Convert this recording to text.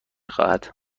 خواهد